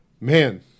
Man